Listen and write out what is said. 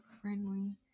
friendly